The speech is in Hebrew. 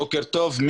בוקר טוב.